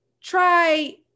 Try